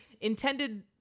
intended